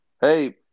Hey